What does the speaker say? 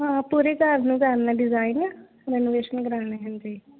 ਹਾਂ ਪੂਰੇ ਘਰ ਨੂੰ ਕਰਨਾ ਡਿਜ਼ਾਇਨ ਰੈਨੋਵੈਸ਼ਨ ਕਰਵਾਉਣੀ ਜ਼ਰੂਰੀ